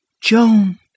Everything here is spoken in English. Joan